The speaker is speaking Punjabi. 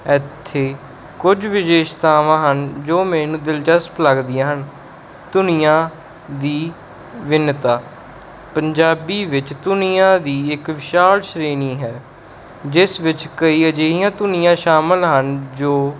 ਇੱਥੇ ਕੁਝ ਵਿਸ਼ੇਸ਼ਤਾਵਾਂ ਹਨ ਜੋ ਮੈਨੂੰ ਦਿਲਚਸਪ ਲੱਗਦੀਆਂ ਹਨ ਧੁਨੀਆਂ ਦੀ ਭਿੰਨਤਾ ਪੰਜਾਬੀ ਵਿੱਚ ਧੁਨੀਆਂ ਦੀ ਇੱਕ ਵਿਸ਼ਾਲ ਸ਼੍ਰੇਣੀ ਹੈ ਜਿਸ ਵਿੱਚ ਕਈ ਅਜਿਹੀਆਂ ਧੁਨੀਆਂ ਸ਼ਾਮਿਲ ਹਨ ਜੋ